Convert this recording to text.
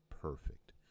perfect